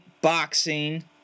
boxing